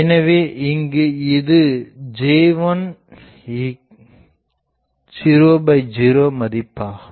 எனவே இங்கு இது J100 மதிப்பாகும்